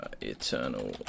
eternal